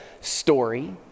story